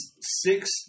six